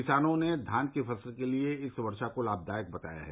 किसानों ने धान की फसल के लिए इस वर्षा को लाभदायक बताया है